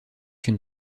une